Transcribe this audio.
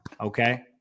okay